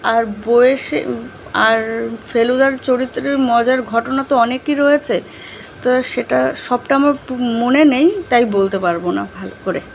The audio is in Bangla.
আর বয়েসের আর ফেলুদার চরিত্রের মজার ঘটনা তো অনেকই রয়েছে তো সেটা সবটা আমার মনে নেই তাই বলতে পারব না ভালো করে